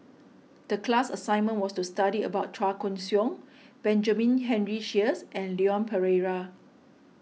the class assignment was to study about Chua Koon Siong Benjamin Henry Sheares and Leon Perera